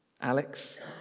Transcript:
Alex